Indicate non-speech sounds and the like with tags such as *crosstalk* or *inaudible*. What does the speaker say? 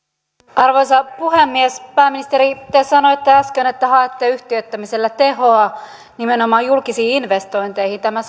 arvoisa puhemies pääministeri te sanoitte äsken että haette yhtiöittämisellä tehoa nimenomaan julkisiin investointeihin tämä *unintelligible*